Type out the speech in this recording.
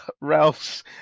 Ralph's